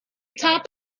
top